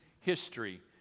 history